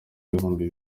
ibihumbi